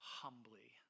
humbly